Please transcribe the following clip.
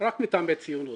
רק מטעמי ציונות.